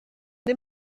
dem